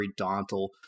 periodontal